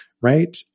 right